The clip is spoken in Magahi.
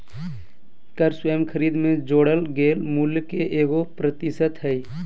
कर स्वयं खरीद में जोड़ल गेल मूल्य के एगो प्रतिशत हइ